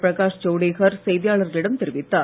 பிரகாஷ் ஜவடேகர் செய்தியாளர்களிடம் தெரிவித்தார்